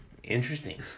interesting